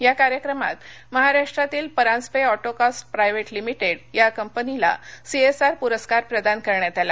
या कार्यक्रमात महाराष्ट्रातील Paranjape auto cast private limited या कंपनीला सीएसआर पुरस्कार प्रदान करण्यात आला